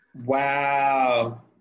Wow